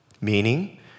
Meaning